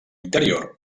interior